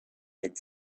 had